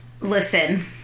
Listen